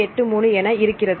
83 என இருக்கிறது